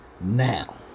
Now